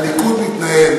הליכוד מתנהל